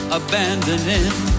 abandoning